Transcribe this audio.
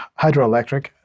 hydroelectric